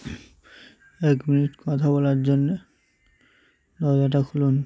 এক মিনিট কথা বলার জন্যে নয়াজাটা খুলুন